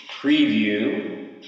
Preview